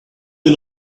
are